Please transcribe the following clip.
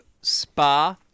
Spa